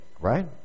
right